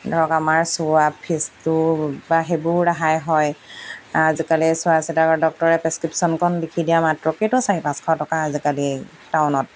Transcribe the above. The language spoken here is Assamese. ধৰক আমাৰ চোৱা ফিজটো বা সেইবোৰ ৰেহাই হয় আজিকালি চোৱা চিলাকৰ ডক্তৰে প্ৰেছক্ৰিপশ্যনখন লিখি দিয়া মাত্ৰকেতো চাৰি পাঁচশ টকা আজিকালি টাউনত